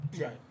Right